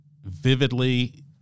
vividly